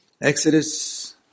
Exodus